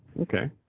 Okay